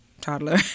toddler